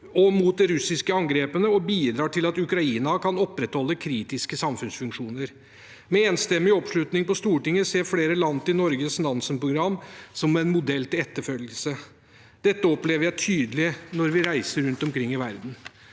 mot de russiske angrepene og bidrar til at Ukraina kan opprettholde kritiske samfunnsfunksjoner. Den enstemmige oppslutningen på Stortinget gjør at flere land ser til Norges Nansen-program som en modell til etterfølgelse. Det opplever jeg tydelig når vi reiser rundt omkring i verden.